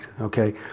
okay